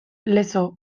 lezo